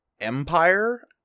Empire